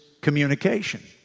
Communication